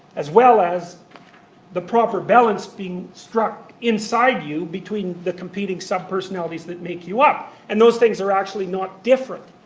as well as the proper balance being struck inside you, between the competing sub-personalities that make you up. and those things are actually not different,